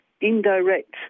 indirect